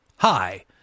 Hi